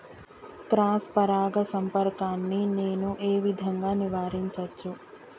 Cross పరాగ సంపర్కాన్ని నేను ఏ విధంగా నివారించచ్చు?